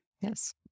Yes